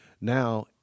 Now